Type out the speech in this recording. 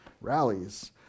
rallies